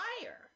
fire